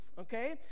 okay